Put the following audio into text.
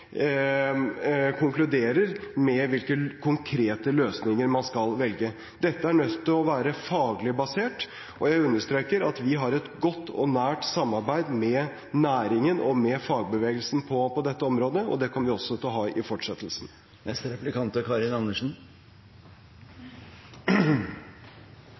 konkluderer med hvilke konkrete løsninger man skal velge. Dette er nødt til å være faglig basert, og jeg understreker at vi har et godt og nært samarbeid med næringen og med fagbevegelsen på dette området, og det kommer vi også til å ha i fortsettelsen. Det er derfor man er